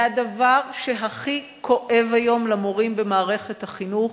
זה הדבר שהכי כואב היום למורים במערכת החינוך.